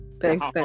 Thanks